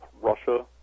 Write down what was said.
Russia